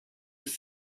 was